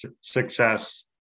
success